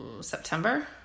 September